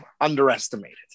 underestimated